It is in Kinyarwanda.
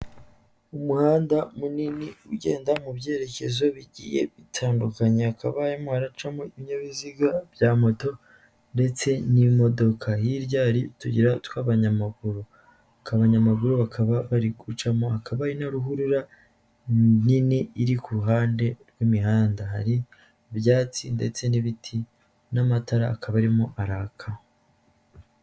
Umuhanda munini ugenda mu byerekezo bigiye bitandukanye hakaba harimo haracamo ibinyabiziga bya moto ndetse n'imodoka, hirya hari utuyira tw'abanyamaguru, kabanyamaguru bakaba bari gucamo, hakaba hari na ruhurura nini iri ku ruhande rw'imihanda, hari ibyatsi ndetse n'ibiti n'amatara akaba arimo araka.